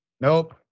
nope